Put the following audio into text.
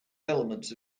elements